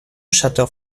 château